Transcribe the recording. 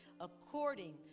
According